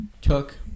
took